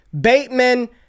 Bateman